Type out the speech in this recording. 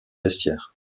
vestiaires